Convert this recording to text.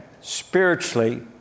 Spiritually